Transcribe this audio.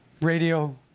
radio